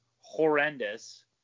horrendous